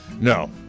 No